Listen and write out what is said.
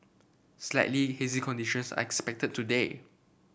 slightly hazy conditions are expected today